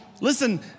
Listen